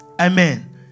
Amen